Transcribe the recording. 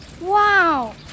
Wow